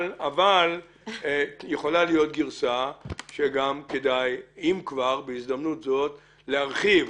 אבל יכולה להיות גרסה שאומרת שבהזדמנות זאת אפשר דווקא להרחיב.